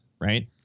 Right